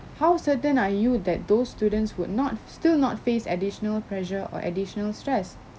how certain are you that those students would not still not face additional pressure or additional stress